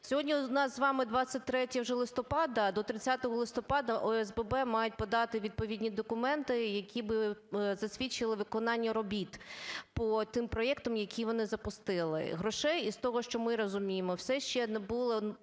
Сьогодні у нас з вами 23 вже листопада, до 30 листопада ОСББ мають подати відповідні документи, які би засвідчили виконання робіт по тим проектам, які вони запустили. Грошей, з того, що ми розуміємо, все ще не було